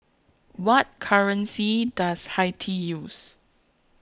What currency Does Haiti use